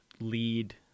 lead